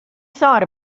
thought